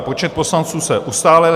Počet poslanců se ustálil.